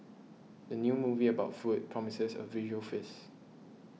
the new movie about food promises a visual feast